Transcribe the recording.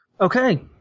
Okay